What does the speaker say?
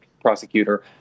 prosecutor